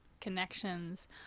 connections